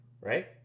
Right